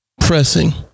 pressing